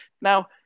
Now